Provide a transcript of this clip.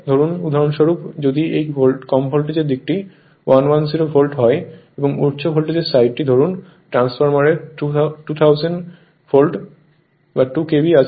ধরুন উদাহরণস্বরূপ যদি এই কম ভোল্টেজের দিকটি 110 ভোল্ট হয় এবং উচ্চ ভোল্টেজের সাইডটি ধরুন ট্রান্সফরমারের 2000 ভোল্ট 2KV আছে